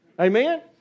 Amen